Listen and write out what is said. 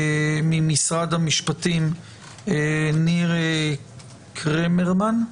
ממשרד המשפטים ניר קרמרמן,